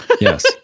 Yes